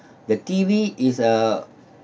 the T_V is a